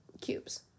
cubes